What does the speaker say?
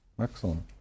Excellent